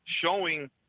showing